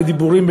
בדיבורים,